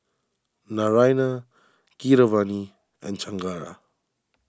Naraina Keeravani and Chengara